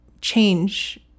change